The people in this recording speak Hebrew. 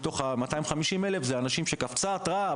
670 מתוך ה-250 אלף הם אנשים שקפצה עליהם התראה,